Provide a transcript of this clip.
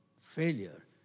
Failure